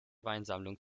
weinsammlung